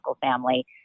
family